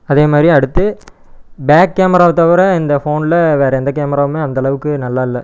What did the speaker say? அதே மாதிரி அடுத்து பேக் கேமராவை தவிர இந்த ஃபோனில் வேறு எந்த கேமராவுமே அந்தளவுக்கு நல்லால்ல